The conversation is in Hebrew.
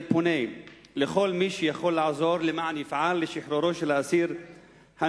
אני פונה אל כל מי שיכול לעזור לשחרורו של האסיר הנ"ל.